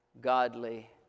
godly